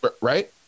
Right